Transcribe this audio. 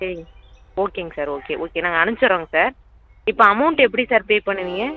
சரிங்க ஓகேங்க sir okay okay நாங்கள் அனுப்பிச்சுறோங்க சார் இப்போ அமௌன்ட் எப்படி சார் பே பண்ணுவீங்க